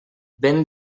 vent